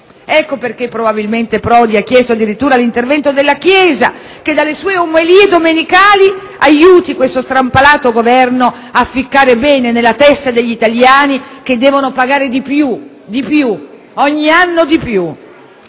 Ecco perché Prodi ha invocato "l'ingerenza" della Chiesa, che dalle sue omelie domenicali aiuti questo strampalato Governo a ficcare bene nella testa degli italiani che devono pagare di più, ogni anno di più.